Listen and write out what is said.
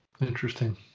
Interesting